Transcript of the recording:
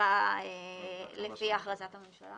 קוצרה החלטת הממשלה